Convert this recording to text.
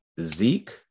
Zeke